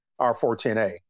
R410A